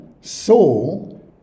Saul